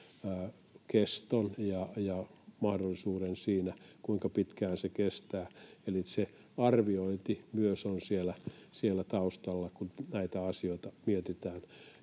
keston ja mahdollisuuden siinä, kuinka pitkään se kestää. Eli se arviointi myös on siellä taustalla, kun näitä asioita mietitään.